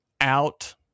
out